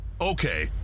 Okay